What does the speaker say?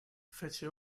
fece